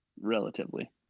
relatively